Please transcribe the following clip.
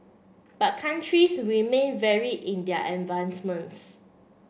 but countries remain vary in their advancements